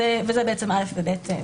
זו המשמעות של סעיפים (א) ו-(ב).